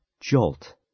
Jolt